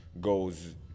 goes